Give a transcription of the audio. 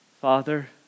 Father